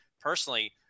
personally